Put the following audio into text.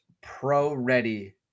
pro-ready